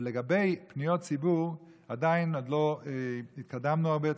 לגבי פניות ציבור עדיין לא התקדמנו הרבה.